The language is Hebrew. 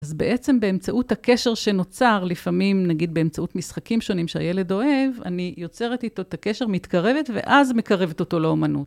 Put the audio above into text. אז בעצם באמצעות הקשר שנוצר, לפעמים נגיד באמצעות משחקים שונים שהילד אוהב, אני יוצרת איתו את הקשר, מתקרבת, ואז מקרבת אותו לאומנות.